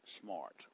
Smart